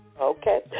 Okay